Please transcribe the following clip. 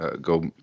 go